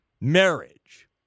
marriage